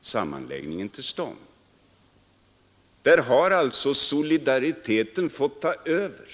sammanläggning, att få en sådan till stånd. Där har alltså solidariteten fått ta över.